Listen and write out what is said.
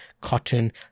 cotton